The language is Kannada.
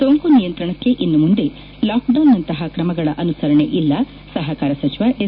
ಸೋಂಕು ನಿಯಂತ್ರಣಕ್ಕೆ ಇನ್ನು ಮುಂದೆ ಲಾಕ್ಡೌನ್ನಂತಹ ಕ್ರಮಗಳ ಅನುಸರಣೆ ಇಲ್ಲ ಸಹಕಾರ ಸಚಿವ ಎಸ್